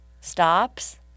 stops